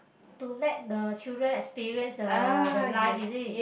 to let the children experience the the life is it